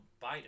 Biden